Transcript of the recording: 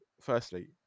firstly